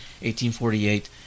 1848